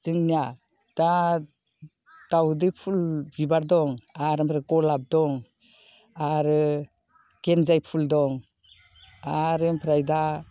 जोंनिया दा दावदै फुल बिबार दं आरो ओमफ्राय गलाब दं आरो गेनजाय फुल दं आरो ओमफ्राय दा